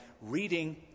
reading